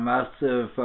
Massive